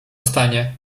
stanie